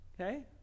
okay